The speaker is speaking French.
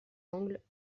angles